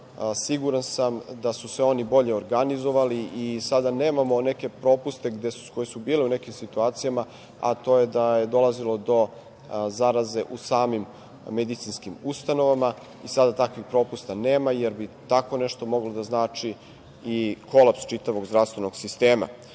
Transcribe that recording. siguran sam da su se oni bolje organizovali i sada nemamo neke propuste koji su bili u nekim situacijama, a to je da je dolazilo do zaraze u samim medicinskim ustanovama. Sada takvih propusta nema, jer bi tako nešto moglo da znači i kolaps čitavog zdravstvenog sistema. Navešću